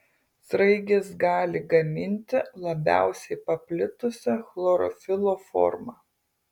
sraigės gali gaminti labiausiai paplitusią chlorofilo formą